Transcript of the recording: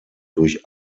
durch